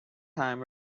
time